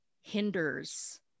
hinders